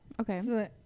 okay